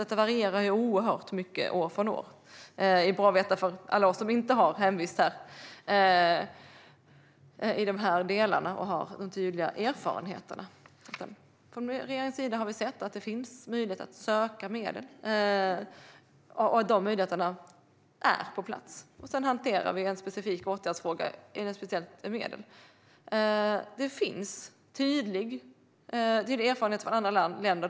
Detta varierar ju oerhört mycket från år till år - det är bra att veta för alla som inte har sin hemvist i dessa delar och som inte har tydliga erfarenheter. Från regeringens sida har vi sett att det finns möjlighet att söka medel. Denna möjlighet är på plats, och sedan hanterar vi en specifik åtgärdsfråga med ett speciellt medel. Det finns tydlig erfarenhet från andra länder.